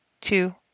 two